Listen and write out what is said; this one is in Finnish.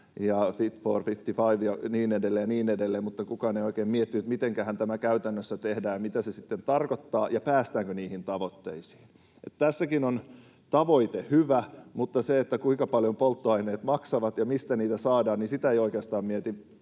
ja niin edelleen ja niin edelleen, mutta kukaan ei oikein miettinyt, mitenkähän tämä käytännössä tehdään, mitä se sitten tarkoittaa ja päästäänkö niihin tavoitteisiin. Tässäkin on tavoite hyvä, mutta sitä, kuinka paljon polttoaineet maksavat ja mistä niitä saadaan, ei oikeastaan mieti